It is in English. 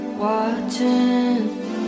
watching